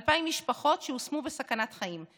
2,000 משפחות שהושמו בסכנת חיים,